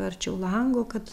arčiau lango kad